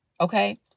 okay